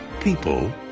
people